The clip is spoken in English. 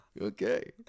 Okay